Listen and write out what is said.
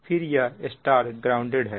फिर यह Y grounded है